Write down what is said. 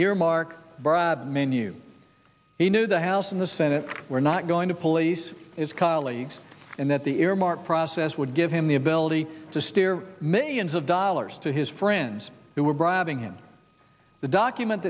earmark bribe menu he knew the house in the senate were not going to police his colleagues and that the earmark process would give him the ability to steer millions of dollars to his friends who were bribing in the document